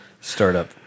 Startup